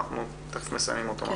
אנחנו תכף מסיימים אותו.